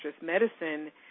Medicine